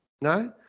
no